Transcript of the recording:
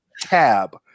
Tab